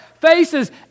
faces